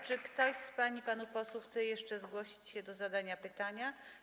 Czy ktoś z pań i panów posłów chce jeszcze zgłosić się do zadania pytania?